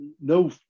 no